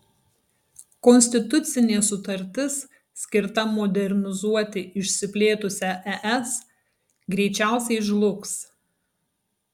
konstitucinė sutartis skirta modernizuoti išsiplėtusią es greičiausiai žlugs